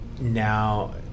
now